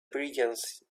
brilliance